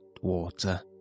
water